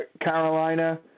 Carolina